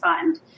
fund